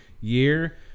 year